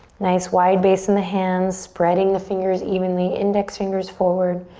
nice wide base in the hands, spreading the fingers evenly, index fingers forward.